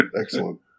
Excellent